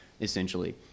essentially